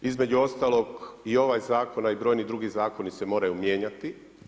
Između ostalog i ovaj zakon a i brojni drugi zakoni se moraju mijenjati.